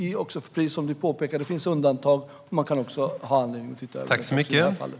Precis som du påpekar finns det undantag.